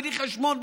בלי חשבון,